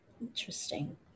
Interesting